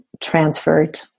transferred